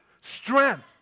strength